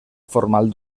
formal